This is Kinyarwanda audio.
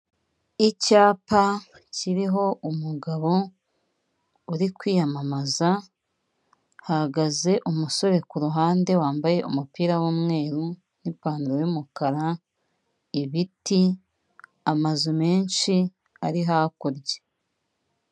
Icyapa kiriho umugabo uri kwiyamamaza hahagaze umusore ku ruhande wambaye umupira w'umweru n'ipantaro y'umukara, ibiti, amazu menshi ari hakurya.